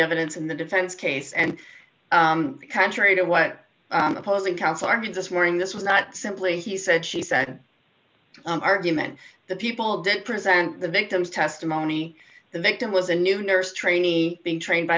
evidence in the defense case and contrary to what opposing counsel are means this morning this was not simply he said she said argument that people didn't present the victim's testimony the victim was a new nurse trainee being trained by